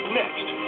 next